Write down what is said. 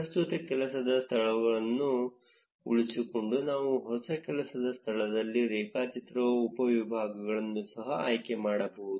ಪ್ರಸ್ತುತ ಕೆಲಸದ ಸ್ಥಳವನ್ನು ಉಳಿಸಿಕೊಂಡು ನಾವು ಹೊಸ ಕೆಲಸದ ಸ್ಥಳದಲ್ಲಿ ರೇಖಾಚಿತ್ರ ಉಪವಿಭಾಗವನ್ನು ಸಹ ಆಯ್ಕೆ ಮಾಡಬಹುದು